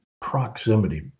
proximity